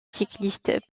cycliste